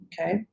okay